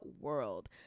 world